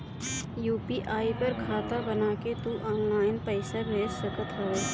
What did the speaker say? UPI पर खाता बना के तू ऑनलाइन पईसा भेज सकत हवअ